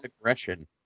aggression